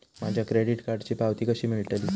माझ्या क्रेडीट कार्डची पावती कशी मिळतली?